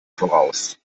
voraus